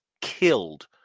killed